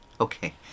Okay